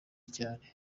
cyane